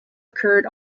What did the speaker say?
occurred